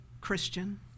Christian